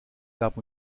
gab